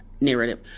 narrative